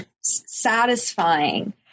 satisfying